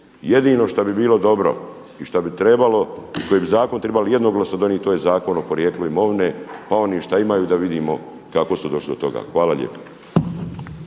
Jedino što bi bilo dobro i šta bi trebalo, koji bi zakon trebali jednoglasno donijeti to je zakon o porijeklu imovine pa oni što imaju da vidimo kako su došli do toga. Hvala lijepo.